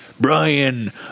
Brian